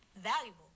valuable